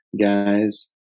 guys